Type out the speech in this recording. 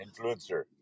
Influencer